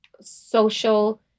social